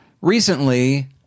Recently